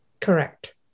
Correct